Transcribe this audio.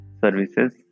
services